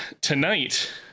tonight